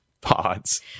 Pods